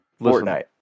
Fortnite